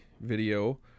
video